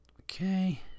Okay